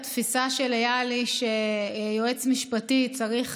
התפיסה של איל היא שיועץ משפטי צריך